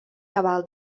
cabal